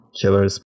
Killers